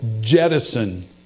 jettison